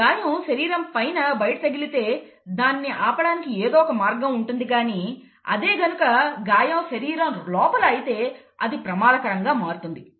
ఈ గాయం శరీరంపైన బయట తగిలితే దాన్ని ఆపడానికి ఏదో ఒక మార్గం ఉంటుంది కానీ అదే గనుక గాయం శరీరం లోపల అయితే అది ప్రమాదకరంగా మారుతుంది